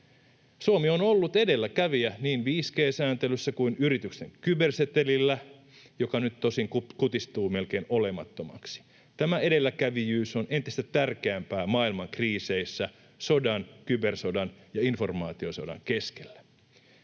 Suomi on ollut edelläkävijä niin 5G-sääntelyssä kuin yrityksen kybersetelillä, joka nyt tosin kutistuu melkein olemattomaksi. Tämä edelläkävijyys on entistä tärkeämpää maailman kriiseissä, sodan, kybersodan ja informaatiosodan keskellä.